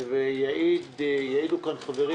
ערבים וכן הלאה,